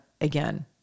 again